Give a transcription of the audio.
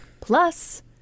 plus